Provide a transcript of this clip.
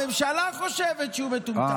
הממשלה חושבת שהוא מטומטם.